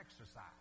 exercise